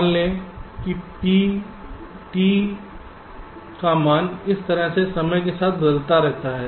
मान लें कि P का मान इस तरह से समय के साथ बदलता रहता है